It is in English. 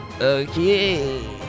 Okay